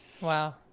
Wow